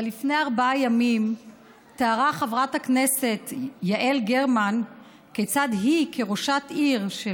אבל לפני ארבעה ימים תיארה חברת הכנסת יעל גרמן כיצד היא כראשת עיר של